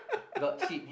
got seat